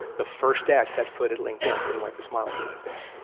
the first day i set foot at linkedin, i couldn't wipe the smile from my face,